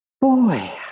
Boy